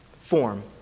form